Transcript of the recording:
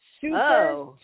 super